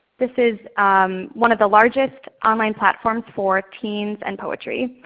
this is one of the largest online platforms for teens and poetry.